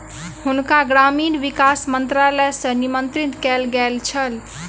हुनका ग्रामीण विकास मंत्रालय सॅ निमंत्रित कयल गेल छल